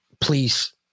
Please